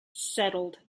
settled